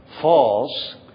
falls